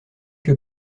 que